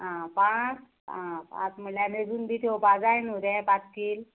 आं पांच आं पांच म्हणल्यार मेजून बी थेवपा जाय न्हू रे पांच कील